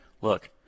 look